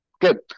good